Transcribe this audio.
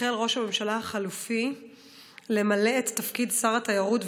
החל ראש הממשלה החלופי למלא את תפקיד שר התיירות,